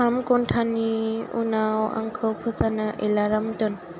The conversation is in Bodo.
थाम घन्टानि उनाव आंखौ फोजानो एलार्म दोन